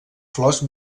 flors